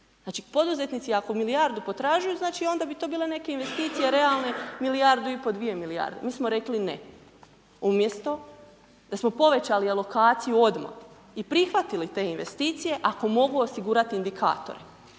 Znači poduzetnici ako milijardu potražuju, znači onda bi to bila neka investicija realne milijardu i pol, 2 milijarde. Mi smo rekli ne. Umjesto da smo povećali alokaciju odmah i prihvatili te investicije ako mogu osigurati indikatore.